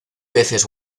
peces